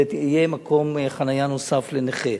זה יהיה מקום חנייה נוסף לנכה.